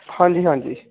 ਹਾਂਜੀ ਹਾਂਜੀ